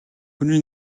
хүний